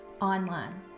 online